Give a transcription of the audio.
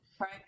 Right